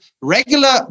regular